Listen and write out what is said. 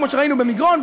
כמו שראינו במגרון,